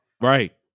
Right